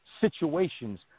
situations